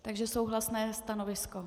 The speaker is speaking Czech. Takže souhlasné stanovisko.